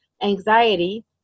anxiety